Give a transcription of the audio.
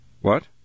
What